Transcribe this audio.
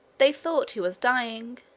they thought he was dying.